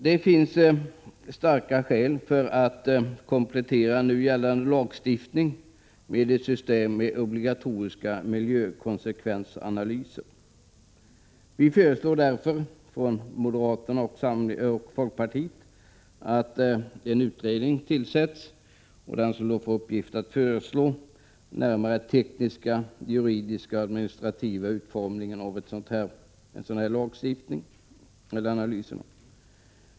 Det finns starka skäl för att komplettera nu gällande lagstiftning med ett system med obligatoriska miljökonsekvensanalyser. Vi föreslår därför från moderaterna och folkpartiet att en utredning tillsätts med uppgift att föreslå den närmare tekniska, juridiska och administrativa utformningen av en sådan lagstiftning om analyser.